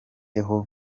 aho